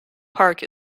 park